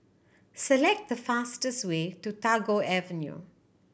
select the fastest way to Tagore Avenue